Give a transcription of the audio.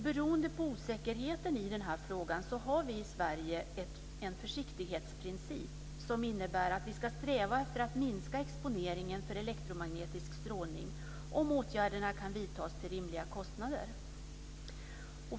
Beroende på osäkerheten i den här frågan har vi i Sverige en försiktighetsprincip som innebär att vi ska sträva efter att minska exponeringen för elektromagnetisk strålning om åtgärderna kan vidtas till rimliga kostnader.